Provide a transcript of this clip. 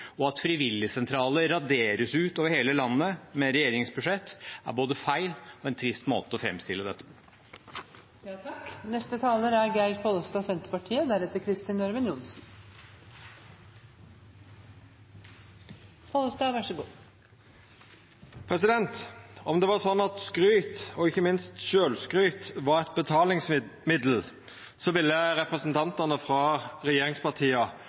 og at frivilligsentraler raderes ut over hele landet med regjeringens budsjett, er både feil og en trist måte å framstille dette på. Om det var slik at skryt, og ikkje minst sjølvskryt, var eit betalingsmiddel, ville representantane frå regjeringspartia